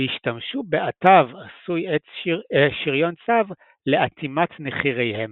והשתמשו באטב עשוי שריון-צב לאטימת נחיריהם.